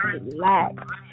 relax